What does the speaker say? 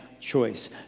choice